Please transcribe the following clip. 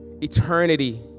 eternity